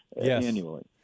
annually